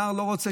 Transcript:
נער לא רוצה,